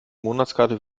monatskarte